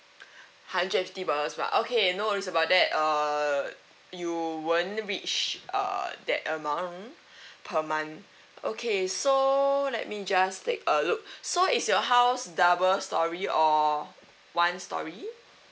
hundred and fifty dollars per month okay no worries about that err you won't reach uh that amount per month okay so let me just take a look so is your house double storey or one storey